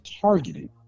targeted